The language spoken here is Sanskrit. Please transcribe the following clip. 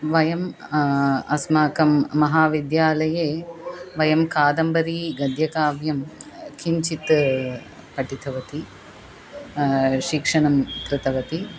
वयं अस्माकं महाविद्यालये वयं कादम्बरीगद्यकाव्यं किञ्चित् पठितवती शिक्षणं कृतवती